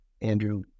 Andrew